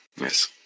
Yes